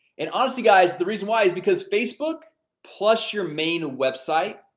and, honestly, guys, the reason why is because facebook plus your main website,